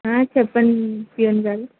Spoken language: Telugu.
చెప్పండి ప్యూన్ గారు